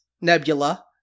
Nebula